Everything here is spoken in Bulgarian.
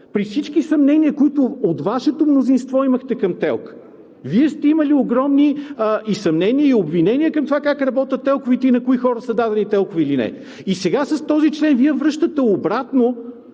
при всички съмнения, които от Вашето мнозинство имахте към ТЕЛК. Вие сте имали огромни и съмнения, и обвинения към това как работят ТЕЛК-овете и на кои хора са дадени ТЕЛК-ове или не. И сега с този член Вие връщате обратно